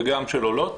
וגם של עולות,